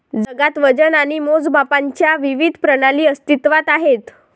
जगात वजन आणि मोजमापांच्या विविध प्रणाली अस्तित्त्वात आहेत